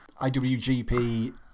IWGP